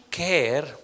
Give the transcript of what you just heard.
care